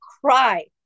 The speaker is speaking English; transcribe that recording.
cry